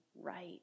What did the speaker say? right